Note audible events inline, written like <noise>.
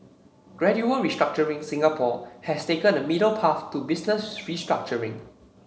gradual restructuring Singapore has taken a middle path to business <noise> restructuring